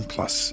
Plus